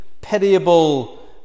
pitiable